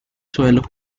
suelo